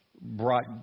brought